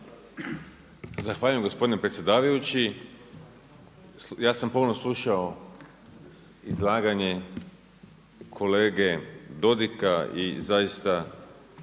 Zahvaljujem gospodine predsjedavajući, ja sam pomno slušao izlaganje kolege Dodiga i zaista